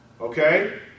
Okay